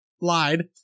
lied